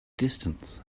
distance